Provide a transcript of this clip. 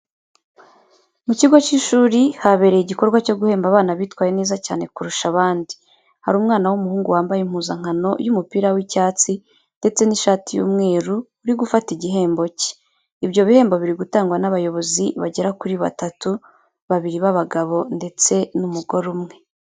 Mu kigo cy'ishuri habereye igikorwa cyo guhemba abana bitwaye neza cyane kurusha abandi. Hari umwana w'umuhungu wambaye impuzankano y'umupira w'icyatsi ndetse n'ishati y'umweru uri gufata igihembo cye. Ibyo bihembo biri gutangwa n'abayobozi bagera kuri batatu, babiri b'abagabo ndetse n'umugore umwe.